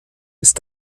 ist